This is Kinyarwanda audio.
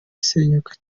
isenyuka